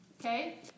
Okay